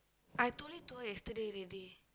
I told it to her yesterday already